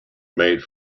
made